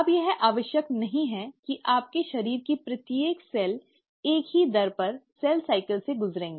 अब यह आवश्यक नहीं है कि आपके शरीर की प्रत्येक कोशिका एक ही दर पर सेल साइकिल से गुजरेंगी